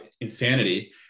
insanity